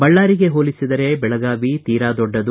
ಬಳ್ಳಾರಿಗೆ ಹೋಲಿಸಿದರೆ ಬೆಳಗಾವಿ ತೀರಾ ದೊಡ್ಡದು